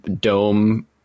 dome